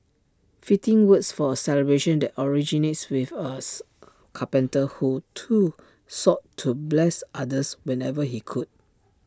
fitting words for A celebration that originates with A carpenter who too sought to bless others whenever he could